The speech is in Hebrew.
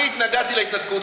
אני התנגדתי להתנקות,